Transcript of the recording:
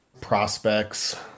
prospects